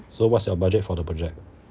so what's your budget for the project